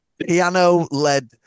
piano-led